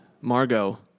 Margot